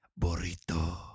Burrito